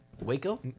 Waco